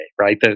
right